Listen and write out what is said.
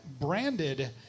Branded